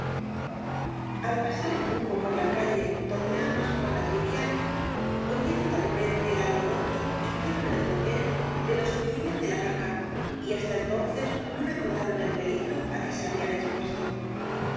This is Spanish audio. al pasar en grupo por la calle donde ambas jua nas vivían oyeron de repente el alboroto y vieron el tropel de los que huían de la vaca y hasta entonces no recordaron el peligro á que se habían expuesto